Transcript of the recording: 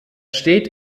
steht